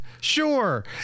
Sure